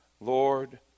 Lord